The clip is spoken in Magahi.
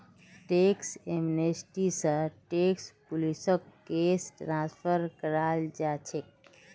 टैक्स एमनेस्टी स टैक्स पुलिसक केस ट्रांसफर कराल जा छेक